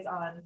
on